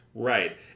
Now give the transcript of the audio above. Right